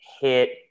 hit